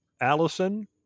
Allison